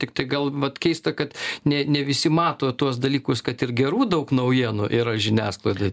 tiktai gal vat keista kad ne ne visi mato tuos dalykus kad ir gerų daug naujienų yra žiniasklaidoj